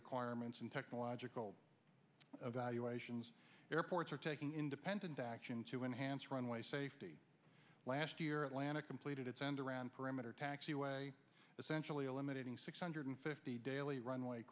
requirements and technological evaluations airports are taking independent action to enhance runway safety last year atlanta completed its end around perimeter essentially eliminating six hundred fifty daily runway